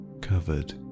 covered